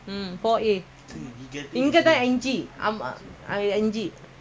hmm ஹ்ம்ம்இதுவந்துவீட்டோடமாடல்:idhu vandhu veetoda model A வந்துசித்தி:vandhu sitthi